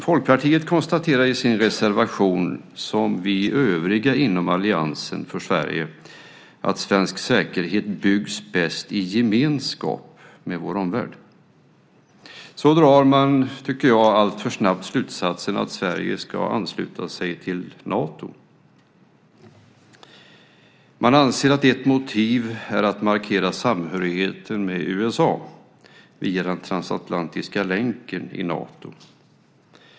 Folkpartiet konstaterar i sin reservation, precis som vi övriga i Allians för Sverige, att svensk säkerhet byggs bäst i gemenskap med vår omvärld. Sedan drar man, tycker jag, alltför snabbt slutsatsen att Sverige ska ansluta sig till Nato. Man anser att ett motiv är att markera samhörigheten med USA via den transatlantiska länken i Nato.